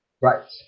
Right